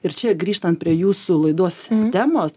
ir čia grįžtant prie jūsų laidos temos